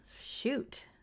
Shoot